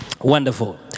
Wonderful